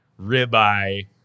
ribeye